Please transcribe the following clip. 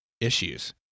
issues